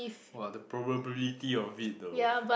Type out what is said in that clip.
!wah! the probability of it though